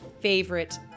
favorite